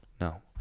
No